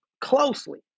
closely